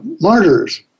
martyrs